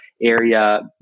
area